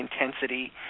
intensity